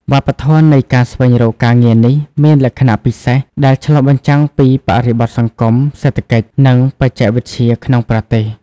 វប្បធម៌នៃការស្វែងរកការងារនេះមានលក្ខណៈពិសេស ដែលឆ្លុះបញ្ចាំងពីបរិបទសង្គម សេដ្ឋកិច្ច និងបច្ចេកវិទ្យាក្នុងប្រទេស។